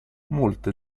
molte